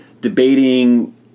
debating